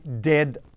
dead